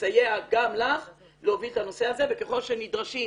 לסייע גם לך להוביל את הנושא הזה וככל שנדרשים